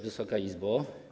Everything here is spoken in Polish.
Wysoka Izbo!